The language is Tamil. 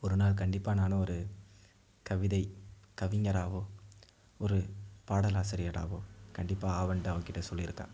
ஒரு நாள் கண்டிப்பாக நானும் ஒரு கவிதை கவிஞராகவோ ஒரு பாடலாசிரியராகவோ கண்டிப்பாக ஆவேன்ட்டு அவக்கிட்ட சொல்லியிருக்கேன்